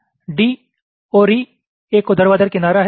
D और E एक ऊर्ध्वाधर किनारा है